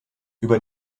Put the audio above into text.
über